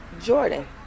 Jordan